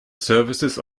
services